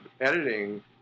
editing